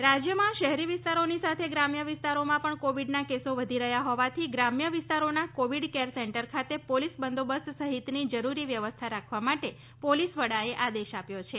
નો આદેશ રાજ્યમાં શહેરી વિસ્તારોની સાથે ગ્રામ્ય વિસ્તારોમાં પણ કોવિડના કેસો વધી રહ્યા હોવાથી ગ્રામ્ય વસ્તારોના કોવિડ કેર સેન્ટર ખાતે પોલીસ બંદોબસ્ત સહિતની જરૂરી વ્યવસ્થા રાખવા માટે પોલીસ વડાએ આદેશ આપ્યો છે